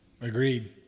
Agreed